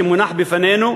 שמונח בפנינו,